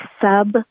sub